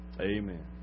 Amen